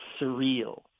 surreal